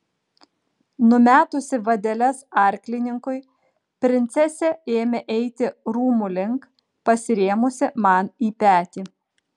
numetusi vadeles arklininkui princesė ėmė eiti rūmų link pasirėmusi man į petį